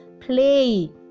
play